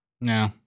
No